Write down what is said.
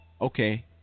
Okay